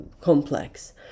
complex